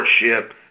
lordship